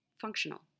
functional